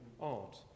art